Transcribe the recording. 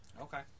Okay